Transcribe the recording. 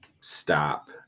stop